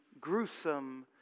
gruesome